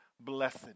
blessed